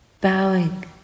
bowing